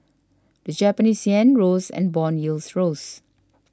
the Japanese yen rose and bond yields rose